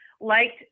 liked